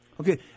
okay